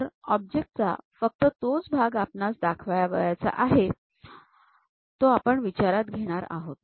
तर ऑब्जेक्ट चा फक्त तोच भाग जो आपणास दाखवायचा आहे तो आपण विचारात घेणार आहोत